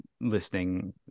listening